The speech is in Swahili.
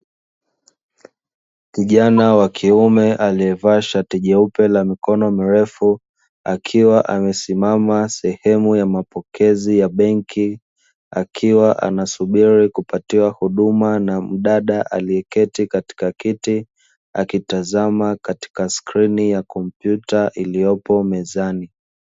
Kijana wa kiume aliyevaa shati jeupe la mikono mirefu, akiwa amesimama sehemu ya mapokezi ya benki, akiwa anasubiri kupatiwa huduma na mdada aliyeketi katika kiti, akitazama katika skrini ya kompyuta iliyopo mezani.